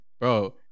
Bro